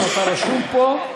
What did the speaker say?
אם אתה רשום פה.